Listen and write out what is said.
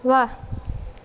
વાહ